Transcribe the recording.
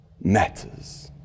matters